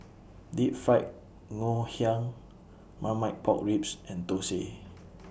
Deep Fried Ngoh Hiang Marmite Pork Ribs and Thosai